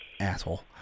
Asshole